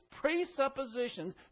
presuppositions